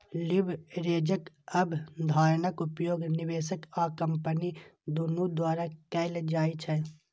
लीवरेजक अवधारणाक उपयोग निवेशक आ कंपनी दुनू द्वारा कैल जाइ छै